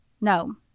no